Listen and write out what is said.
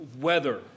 weather